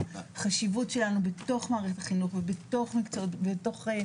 החשיבות שלנו בתוך מערכת החינוך ובתוך מערכות